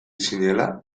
zinela